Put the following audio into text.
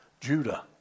Judah